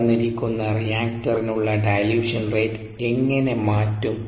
തന്നിരിക്കുന്ന റിയാക്ടറിനുള്ള dilution rate എങ്ങനെ മാറ്റും